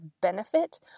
benefit